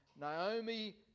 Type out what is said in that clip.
Naomi